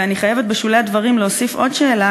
ואני חייבת בשולי הדברים להוסיף עוד שאלה,